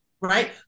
Right